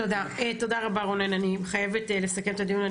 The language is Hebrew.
תודה רבה, רונן, אני חייבת לסכם את הדיון.